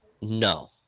No